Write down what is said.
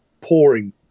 pouring